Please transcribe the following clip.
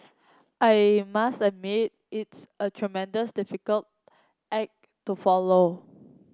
I must admit it's a tremendous difficult act to follow